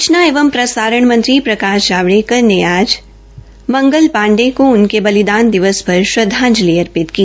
सूचना एवं प्रसारण मंत्री प्रकाश जावड़ेकर ने आज मंगल पाण्डेय को उनकी पृण्यतिथि पर श्रद्धांजलि अर्पित की